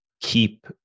keep